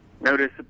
notice